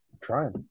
trying